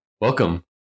Welcome